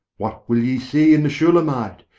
what will ye see in the shulamite?